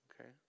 okay